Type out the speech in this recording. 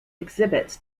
exhibits